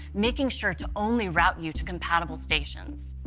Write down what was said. making sure to only route you to compatible stations.